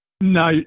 No